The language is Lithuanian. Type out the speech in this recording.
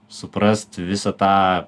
suprast visą tą